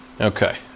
Okay